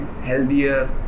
healthier